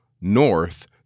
north